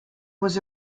was